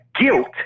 guilt